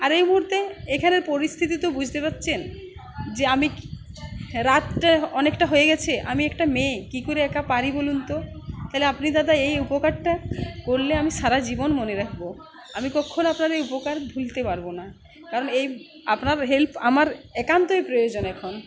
আর এই মুহুর্তে এখানের পরিস্থিতি তো বুঝতে পারচ্ছেন যে আমি রাতটা অনেকটা হয়ে গেছে আমি একটা মেয়ে কি করে একা পারি বলুন তো তালে আপনি দাদা এই উপকারটা করলে আমি সারা জীবন মনে রাখবো আমি কক্ষনো আপনার এই উপকার ভুলতে পারবো না কারণ এই আপনার হেল্প আমার একান্তই প্রয়োজন এখন